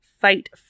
fight